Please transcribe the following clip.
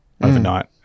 overnight